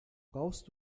brauchst